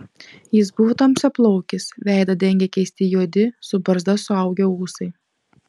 jis buvo tamsiaplaukis veidą dengė keisti juodi su barzda suaugę ūsai